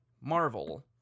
Marvel